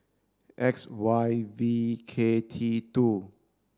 X Y V K T two